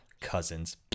Cousins